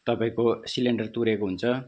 तपाईँको सिलिन्डर तुरेको हुन्छ